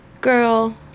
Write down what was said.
girl